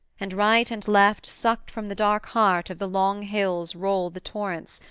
and right and left sucked from the dark heart of the long hills roll the torrents,